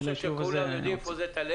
אתה חושב שכולם יודעים היכן נמצא טל-אל?